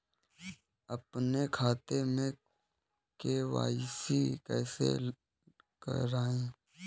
अपने खाते में के.वाई.सी कैसे कराएँ?